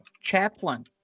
chaplain